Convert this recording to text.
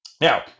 Now